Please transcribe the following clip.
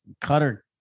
Cutter